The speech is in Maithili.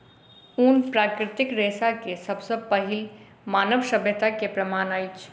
ऊन प्राकृतिक रेशा के सब सॅ पहिल मानव सभ्यता के प्रमाण अछि